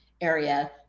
area